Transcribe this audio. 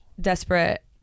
Desperate